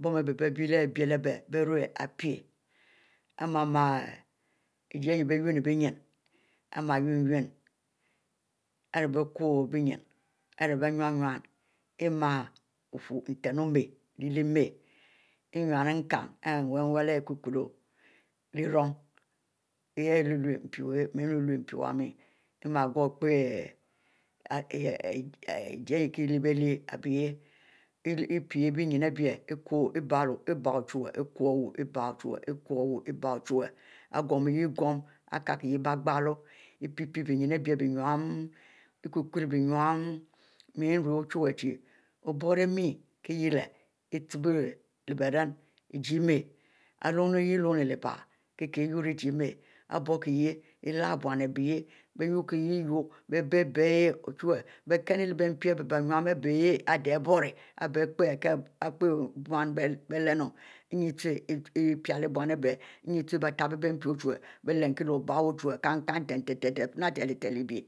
bon ari bie bielebie bierue apie-pie, i'mama ijie ari beunni nyin, amia unni, ari rie bie kow benyin ari bie bie nyinu bie nne, Imie nten one leleh leh ne innu nchn iwunleleh yeh ari ulurmpi oh-mie nulur mpi oynne i'm goue pie ijie ahieh kie ilebiele ari bie yeh Ipie nyin abie iko ibie ochuwue ihieh ko wu ibie ochuwue iko iwu ibie ochuwue ogom ihieh goum, ari kie lay biegloo, ipie bienyin enu bie kulu bienyin mie nrue ochuwue chie obiuro miel kie hieh la ichie biuo bieren kie wniu-wnin lehble ihieh opie ihieh kie leh boun abie yeh bie yuo-yuo, bie-bie ihieh ochuwue, bie kinnu leh bie mpi ari bie nyinu abie ihieh ade iboro ari bie epie mu kie lenu inyi ute i pele bium ari bie kile-yah bie ute mpi ochuwue bie kie leh obie wu ochuwue kinn-kinn nten